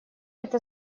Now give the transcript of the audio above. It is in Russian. это